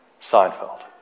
Seinfeld